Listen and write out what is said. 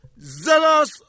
zealous